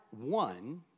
one